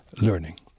learning